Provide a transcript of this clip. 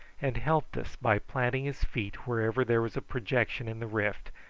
and helped us by planting his feet wherever there was a projection in the rift,